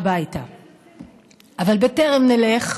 אבל בטרם נלך,